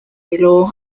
law